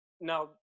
Now